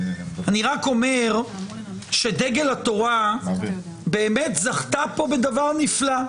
אני רק אומר שדגל התורה זכתה בדבר נפלא,